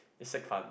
it's like fun